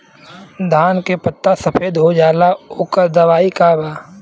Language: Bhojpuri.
धान के पत्ता सफेद हो जाला ओकर दवाई का बा?